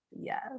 Yes